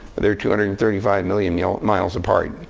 they're two hundred and thirty five million you know miles apart.